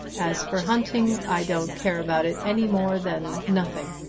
as for hunting, i don't care about it any more than nothing.